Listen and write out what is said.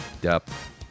depth